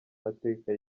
mateka